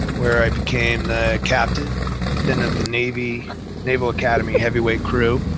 where i became the captain in the naval the naval academy heavyweight crew,